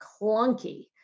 clunky